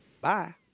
Bye